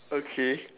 okay